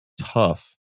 tough